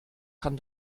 kann